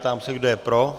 Ptám se, kdo je pro.